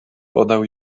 podał